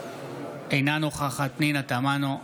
אינה נוכחת פנינה תמנו,